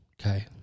Okay